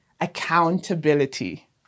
accountability